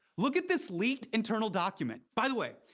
look at this leaked internal document. by the way,